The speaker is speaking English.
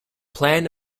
plan